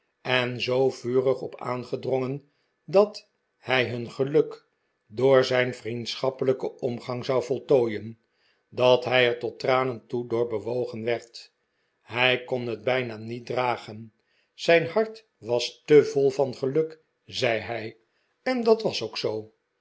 er zoo vurig op aangedrongen dat hij hun geluk door zijn vriendschappelijken omgang zou voltooien dat hij er tot tranen toe door bewogen werd hij kon het bijna niet dragen zijn hart was te vol van geluk zei hij en dat was ook zoo